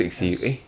M_C